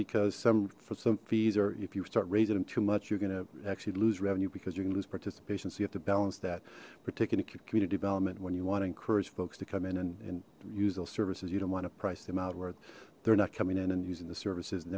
because some for some fees or if you start raising them too much you're going to actually lose revenue because you can lose participation so you have to balance that particular community development when you want to encourage folks to come in and use those services you don't want to price them out worth they're not coming in and using the services and